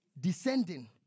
descending